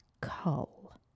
Cull